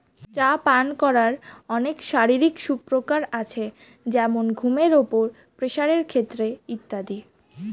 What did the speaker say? চা পান করার অনেক শারীরিক সুপ্রকার আছে যেমন ঘুমের উপর, প্রেসারের ক্ষেত্রে ইত্যাদি